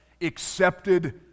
accepted